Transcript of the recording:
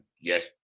yes